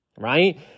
right